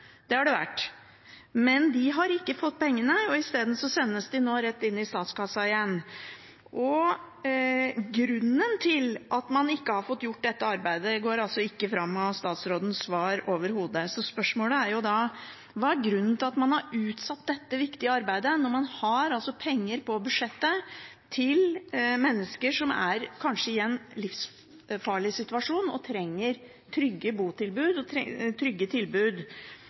det har det vært, men de har ikke fått pengene. I stedet sendes de nå rett inn i statskassa igjen. Grunnen til at man ikke har fått gjort dette arbeidet, går altså ikke fram av statsrådens svar overhodet, så spørsmålet er da: Hva er grunnen til at man har utsatt dette viktige arbeidet, når man har penger på budsjettet til mennesker som kanskje er i en livsfarlig situasjon og trenger trygge botilbud og trygge